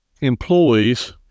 employees